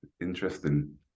interesting